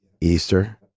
Easter